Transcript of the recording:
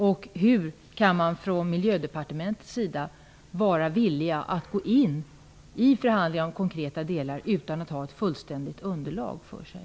Och hur kan man från Miljödepartementets sida vara villig att gå in i förhandlingar om konkreta delar utan att ha ett fullständigt underlag?